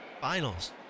Finals